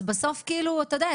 אז בסוף כאילו אתה יודע,